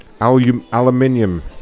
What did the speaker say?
Aluminium